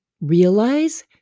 realize